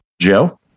Joe